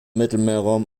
mittelmeerraum